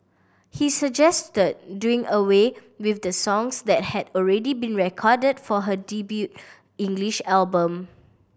he suggested doing away with the songs that had already been recorded for her debut English album